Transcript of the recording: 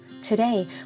Today